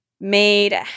made